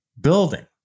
building